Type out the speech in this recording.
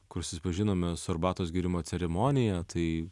kur susipažinome su arbatos gėrimo ceremonija tai